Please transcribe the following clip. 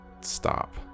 stop